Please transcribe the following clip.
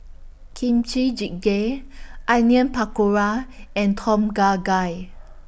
Kimchi Jjigae Onion Pakora and Tom Kha Gai